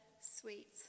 sweet